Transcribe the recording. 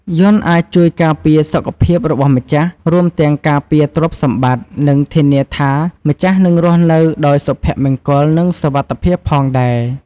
យន្តអាចជួយការពារសុខភាពរបស់ម្ចាស់ រួមទាំងការពារទ្រព្យសម្បត្តិ និងធានាថាម្ចាស់នឹងរស់នៅដោយសុភមង្គល និងសុវត្ថិភាពផងដែរ។